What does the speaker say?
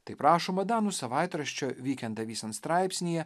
taip rašoma danų savaitraščio vykent devysen straipsnyje